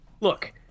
look